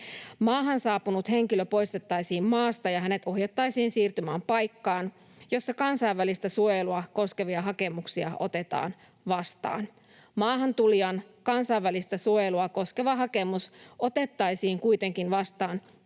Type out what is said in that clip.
Maahan saapunut henkilö poistettaisiin maasta ja hänet ohjattaisiin siirtymään paikkaan, jossa kansainvälistä suojelua koskevia hakemuksia otetaan vastaan. Maahantulijan kansainvälistä suojelua koskeva hakemus otettaisiin kuitenkin vastaan tietyissä